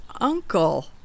uncle